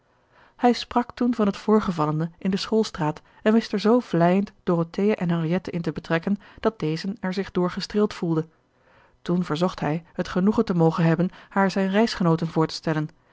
hij sprak toen van het voorgevallene in de schoolstraat en wist er zoo vleiend dorothea en henriette in te betrekken dat dezen er zich door gestreeld voelde toen verzocht hij het genoegen te mogen hebben haar zijne reisgenooten voor te stellen